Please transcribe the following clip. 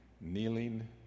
Kneeling